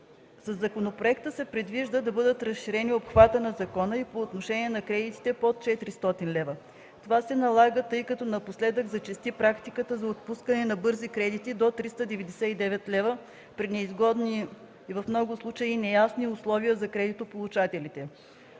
Със законопроекта се предвижда да бъде разширен обхватът на закона и по отношение на кредити под 400 лв. Това се налага, тъй като напоследък зачести практиката на отпускане на „бързи кредити” до 399 лв. при неизгодни и в много случаи неясни условия за кредитополучателите.